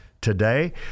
today